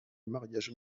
mariages